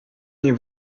nie